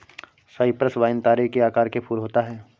Cyprus vine तारे के आकार के फूल होता है